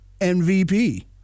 MVP